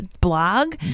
blog